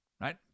right